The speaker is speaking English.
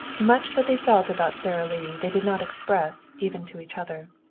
much that they felt about sara lee they did not express even to each other.